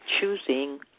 choosing